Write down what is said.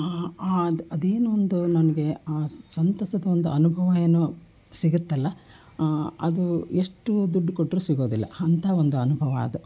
ಅದು ಅದೇನು ಒಂದು ನನಗೆ ಆ ಸಂತಸದ ಒಂದು ಅನುಭವ ಏನು ಸಿಗುತ್ತಲ್ವ ಅದು ಎಷ್ಟು ದುಡ್ಡು ಕೊಟ್ರೂ ಸಿಗೋದಿಲ್ಲ ಅಂಥ ಒಂದು ಅನುಭವ ಅದು